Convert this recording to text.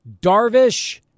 Darvish